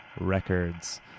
records